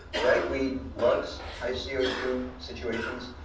ragweed loves high c o two situations,